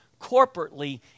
corporately